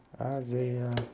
Isaiah